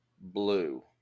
blue